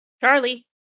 Charlie